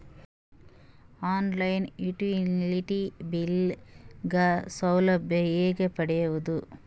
On line utility bill ಗ ಸೌಲಭ್ಯ ಹೇಂಗ ಪಡೆಯೋದು?